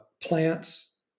plants